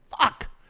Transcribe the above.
Fuck